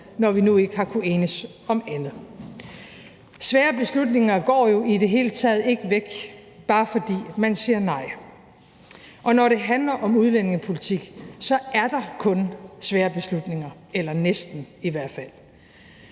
når vi nu ikke har kunnet enes om andet. Svære beslutninger går jo i det hele taget ikke væk, bare fordi man siger nej. Og når det handler om udlændingepolitik, er der kun svære beslutninger – eller næsten, i hvert fald.